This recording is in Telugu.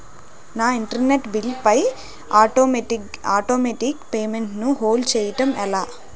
నా ఇంటర్నెట్ బిల్లు పై ఆటోమేటిక్ పేమెంట్ ను హోల్డ్ చేయటం ఎలా?